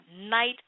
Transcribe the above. night